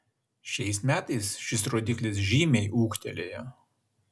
šiais metais šis rodiklis žymiai ūgtelėjo